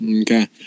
Okay